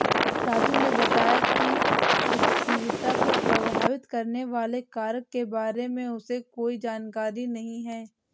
राजू ने बताया कि स्थिरता को प्रभावित करने वाले कारक के बारे में उसे कोई जानकारी नहीं है